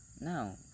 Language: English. No